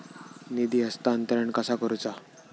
निधी हस्तांतरण कसा करुचा?